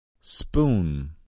spoon